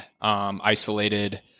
isolated